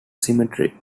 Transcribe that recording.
cemetery